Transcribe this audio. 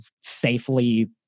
safely